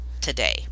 today